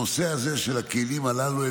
הנושא הזה של הכלים הללו,